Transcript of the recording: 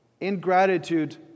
ingratitude